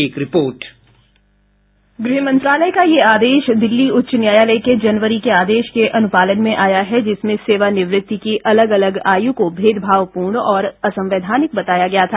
एक report byte गृहमंत्रालय का यह आदेश दिल्ली उच्च न्यायालय के जनवरी के आदेश के अनुपालन में आया है जिसमें सेवानिवृत्ति की अलग अलग आयु को भेदभावपूर्ण और असंवैधानिक बताया गया था